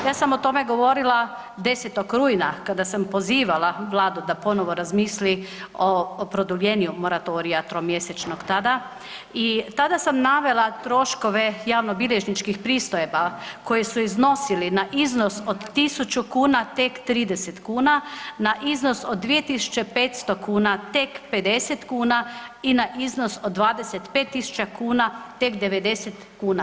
Ja sam o tome govorila 10. rujna kada sam pozivala Vladu da ponovno razmisli o produljenju moratorija tromjesečnog tada i tada sam navela troškove javnobilježničkih pristojba koje su iznosile na iznos od 1.000 kuna tek 30,00 kuna, na iznos od 2.500 kuna tek 50,00 i na iznos od 25.000 tek 90,00 kuna.